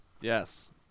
yes